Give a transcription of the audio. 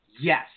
yes